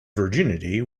virginity